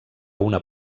una